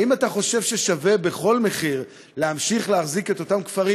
האם אתה חושב ששווה בכל מחיר להמשיך להחזיק את אותם כפרים,